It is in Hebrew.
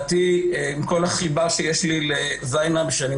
שעם כל החיבה שיש לי לזינב אבו סויד,